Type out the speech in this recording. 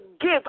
give